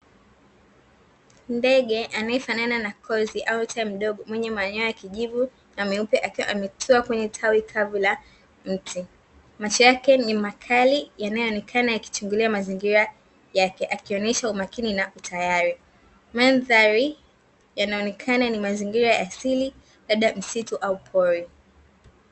Ndege anayefanana na kozi au tai mdogo mwenye manyoya ya kijivu na meupe. akiwa ametua kwenye tawi kavu la mti. Macho yake ni makali yanayoonekana yakichungulia mazingira yake akionyesha umakini na utayari. Mandhari yanaonekana ni mazingira ya asili labda msitu au pori.